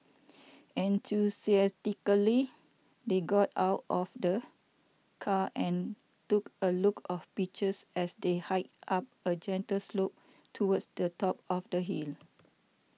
enthusiastically they got out of the car and took a look of pictures as they hiked up a gentle slope towards the top of the hill